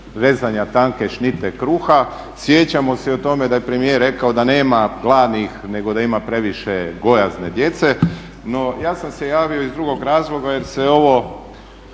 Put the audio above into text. rezanja tanke šnite kruha, sjećamo se i o tome da je premijer rekao da nema gladnih nego da ima previše gojazne djece, no ja sam se javio iz drugog razloga jer se ovo